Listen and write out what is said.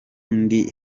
ndi